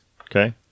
Okay